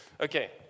Okay